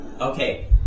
Okay